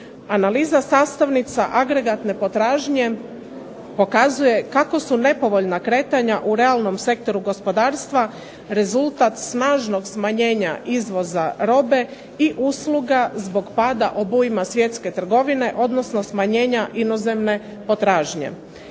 Analiza sastavnica agregatne potražnje pokazuje kako su nepovoljna kretanja u realnom sektoru gospodarstva rezultat snažnog smanjenja izvoza robe i usluga zbog pada obujma svjetske trgovine, odnosno smanjenje inozemne potražnje.